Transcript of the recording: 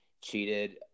cheated